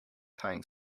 tying